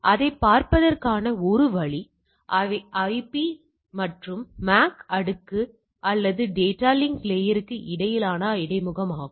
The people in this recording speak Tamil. அதைப் பார்ப்பதற்கான ஒரு வழி அவை ஐபி மற்றும் MAC அடுக்கு அல்லது டேட்டா லிங்க் லேயர்க்கு இடையிலான இடைமுகமாகும்